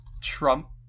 Trump